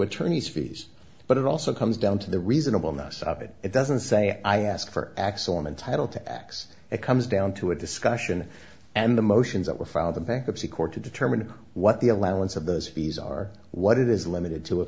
attorneys fees but it also comes down to the reasonable nuss of it it doesn't say i ask for axel i'm entitled to x it comes down to a discussion and the motions that were found the bankruptcy court to determine what the allowance of those fees are what it is limited to if